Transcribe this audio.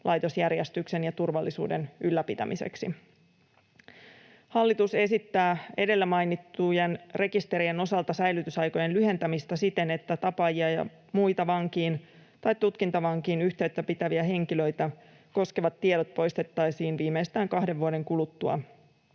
laitosjärjestyksen ja turvallisuuden ylläpitämiseksi. Hallitus esittää edellä mainittujen rekisterien osalta säilytysaikojen lyhentämistä siten, että tapaajia ja muita vankiin tai tutkintavankiin yhteyttä pitäviä henkilöitä koskevat tiedot poistettaisiin viimeistään kahden vuoden kuluttua